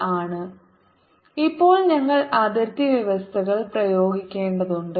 E 14π0 q2 yjzk diy2z2d232 for x≤0 ഇപ്പോൾ ഞങ്ങൾ അതിർത്തി വ്യവസ്ഥകൾ പ്രയോഗിക്കേണ്ടതുണ്ട്